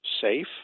safe